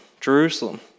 Jerusalem